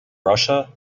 russia